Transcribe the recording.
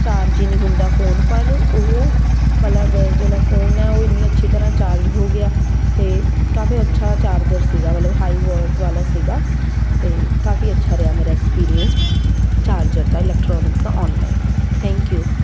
charge ਹੀ ਨਹੀਂ ਹੁੰਦਾ ਫੋਨ ਪਰ ਉਹ ਮਤਲਬ ਜਿਹੜਾ ਫੋਨ ਹੈ ਉਹ ਇੰਨੀ ਅੱਛੀ ਤਰ੍ਹਾਂ ਚਾਰਜ ਹੋ ਗਿਆ ਅਤੇ ਕਾਫ਼ੀ ਅੱਛਾ ਚਾਰਜਰ ਸੀਗਾ ਮਤਲਬ ਹਾਈਵੋਟ ਵਾਲਾ ਸੀਗਾ ਅਤੇ ਕਾਫ਼ੀ ਅੱਛਾ ਰਿਹਾ ਮੇਰਾ ਐਕਸਪੀਰੀਅੰਸ ਚਾਰਜਰ ਦਾ ਇਲੈਕਟ੍ਰੋਨਿਕਸ ਦਾ ਔਨਲਾਈਨ ਥੈਂਕ ਯੂ